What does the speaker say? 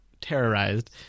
terrorized